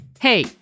Hey